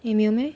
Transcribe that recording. eh 没有 meh